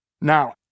Now